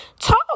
talk